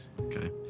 okay